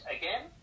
again